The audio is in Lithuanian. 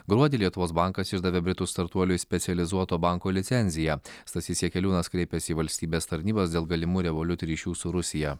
gruodį lietuvos bankas išdavė britų startuoliui specializuoto banko licenciją stasys jakeliūnas kreipėsi į valstybės tarnybas dėl galimų revoliut ryšių su rusija